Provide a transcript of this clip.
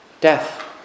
Death